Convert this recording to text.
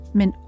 men